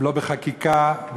לא בחקיקה,